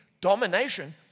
domination